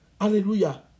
hallelujah